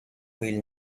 will